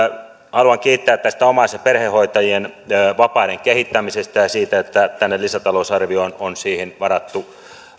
haluan kiittää tästä omais ja perhehoitajien vapaiden kehittämisestä ja siitä että tänne lisätalousarvioon on siihen varattu